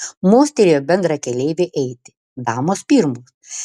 mostelėjo bendrakeleivei eiti damos pirmos